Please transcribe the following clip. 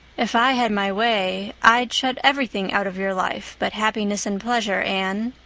if i had my way i'd shut everything out of your life but happiness and pleasure, anne,